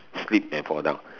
slip and fall down